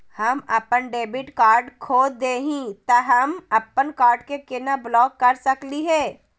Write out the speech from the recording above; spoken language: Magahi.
हम अपन डेबिट कार्ड खो दे ही, त हम अप्पन कार्ड के केना ब्लॉक कर सकली हे?